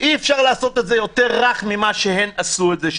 אי אפשר לעשות את זה יותר רך ממה שהן עשו את זה,